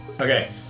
okay